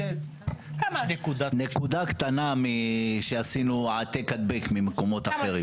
נקודה קטנה שעשינו העתק-הדבק ממקומות אחרים.